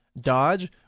dodge